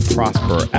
Prosper